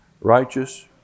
Righteous